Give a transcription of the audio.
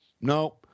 no